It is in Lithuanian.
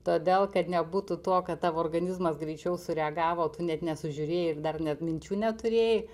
todėl kad nebūtų to kad tavo organizmas greičiau sureagavo tu net nesužiūrėjai ir dar net minčių neturėjai